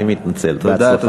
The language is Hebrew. אני מתנצל, בהצלחה.